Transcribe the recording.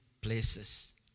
places